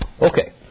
Okay